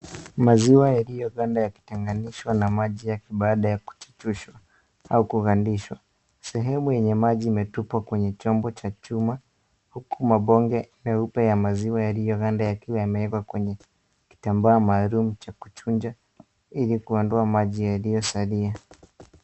Maziwa yaliyoganda yakitenganishwa na maji yake baada kuchuchishwq au kugandishwa, sehwmu ya maji imetupwa kwenye chombo cha chuma huku mabonge meupe ya maziwa yaliyoganda yakiwa yamewekwa kwenye kitambaa maalum cha kuchujwa ili kuondoa maji yaliyosalia.